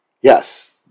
Yes